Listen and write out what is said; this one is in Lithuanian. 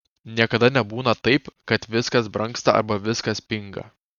niekada nebūna taip kad viskas brangsta arba viskas pinga